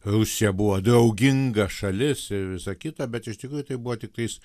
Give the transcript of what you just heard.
rusija buvo drauginga šalis ir visa kita bet iš tikrųjų tai buvo tiktais